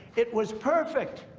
it was perfect.